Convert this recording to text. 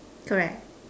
correct